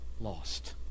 lost